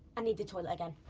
i need the toilet again.